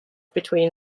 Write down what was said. between